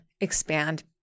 expand